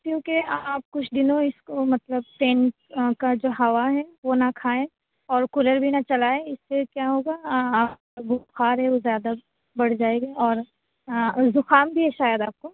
کیونکہ آپ کچھ دنوں اس کو مطلب فین کا جو ہوا ہے وہ نا کھائیں اور کولر بھی نا چلائیں اس سے کیا ہوگا بخار ہے وہ زیادہ بڑھ جائے گا اور زکام بھی ہے شاید آپ کو